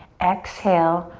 exhale,